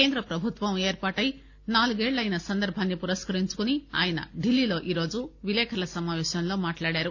కేంద్రప్రభుత్వం ఏర్పాటై నాలుగేళ్లయిన సందర్భాన్ని పురస్కరించుకుని ఆయన ఢిల్లీలో ఈరోజు విలేకరుల సమావేశంలో మాట్లాడారు